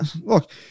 look